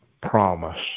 promise